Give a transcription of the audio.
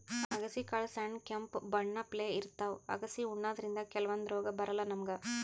ಅಗಸಿ ಕಾಳ್ ಸಣ್ಣ್ ಕೆಂಪ್ ಬಣ್ಣಪ್ಲೆ ಇರ್ತವ್ ಅಗಸಿ ಉಣಾದ್ರಿನ್ದ ಕೆಲವಂದ್ ರೋಗ್ ಬರಲ್ಲಾ ನಮ್ಗ್